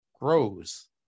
grows